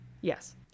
Yes